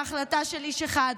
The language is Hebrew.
בהחלטה של איש אחד,